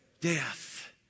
Death